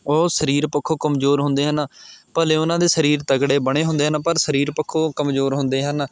ਉਹ ਸਰੀਰ ਪੱਖੋਂ ਕਮਜ਼ੋਰ ਹੁੰਦੇ ਹਨ ਭਲੇ ਉਹਨਾਂ ਦੇ ਸਰੀਰ ਤਕੜੇ ਬਣੇ ਹੁੰਦੇ ਹਨ ਪਰ ਸਰੀਰ ਪੱਖੋਂ ਕਮਜ਼ੋਰ ਹੁੰਦੇ ਹਨ